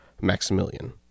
Maximilian